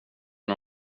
när